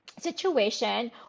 situation